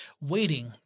waiting